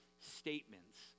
statements